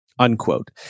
unquote